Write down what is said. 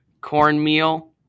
cornmeal